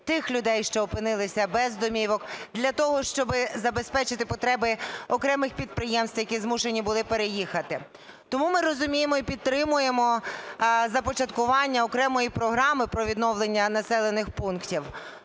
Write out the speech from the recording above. тих людей, що опинилися без домівок, для того, щоби забезпечити потреби окремих підприємств, які змушені були переїхати. Тому ми розуміємо і підтримуємо започаткування окремої програми про відновлення населених пунктів.